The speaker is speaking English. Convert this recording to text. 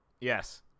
Yes